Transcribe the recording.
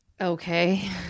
Okay